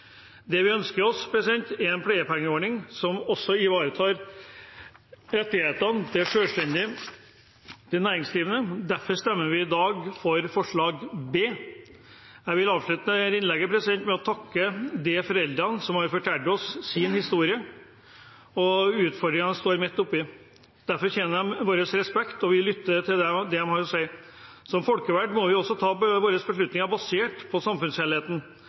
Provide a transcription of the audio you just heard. Det vi ønsker oss, er en pleiepengeordning som også ivaretar rettighetene til selvstendig næringsdrivende. Derfor stemmer vi i dag for forslaget til vedtak B. Jeg vil avslutte innlegget med å takke de foreldrene som har fortalt oss sin historie og om utfordringene de står midt oppi. De fortjener vår respekt og at vi lytter til det de har å si. Som folkevalgte må vi også ta våre beslutninger basert på samfunnshelheten,